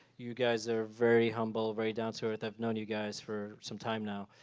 you guys are very humble, very down to earth. i've known you guys for some time now.